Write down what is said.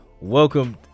Welcome